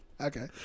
Okay